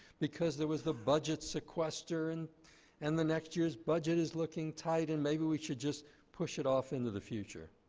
because there was the budget sequester, and and the next year's budget is looking tight, and maybe we should just push it off into the future.